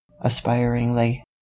aspiringly